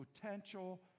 potential